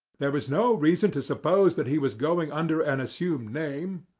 there was no reason to suppose that he was going under an assumed name.